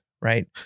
Right